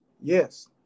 Yes